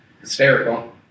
hysterical